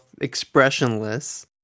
expressionless